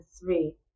three